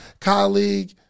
colleague